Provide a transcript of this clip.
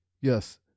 yes